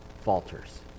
falters